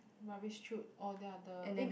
rubbish chute oh they are the eh